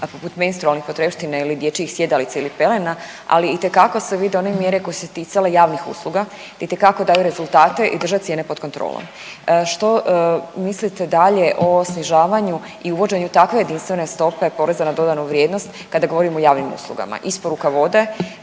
poput menstrualnih potrepština ili dječjih sjedalica ili pelena, ali itekako se vide one mjere koje su se ticale javnih usluga, itekako daju rezultate i drže cijene pod kontrolom. Što mislite dalje o snižavanju i uvođenju takve jedinstvene stope poreza na dodanu vrijednost kada govorimo o javnim uslugama, isporuka vode,